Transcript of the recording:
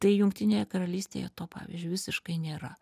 tai jungtinėje karalystėje to pavyzdžiui visiškai nėra